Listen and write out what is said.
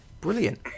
brilliant